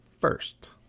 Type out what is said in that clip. first